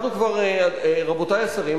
רבותי השרים,